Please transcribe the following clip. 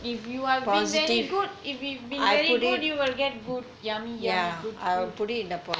if you are being very good if you've been very good you will get good yummy yummy good food